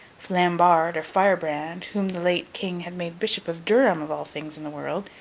flambard, or firebrand, whom the late king had made bishop of durham, of all things in the world,